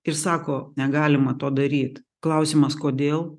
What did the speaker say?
ir sako negalima to daryt klausimas kodėl